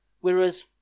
whereas